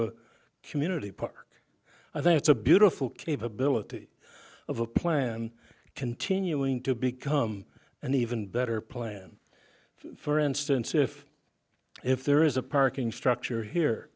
a community park i think it's a beautiful capability of a plan continuing to become an even better plan for instance if if there is a parking structure here